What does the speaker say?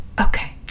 okay